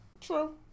True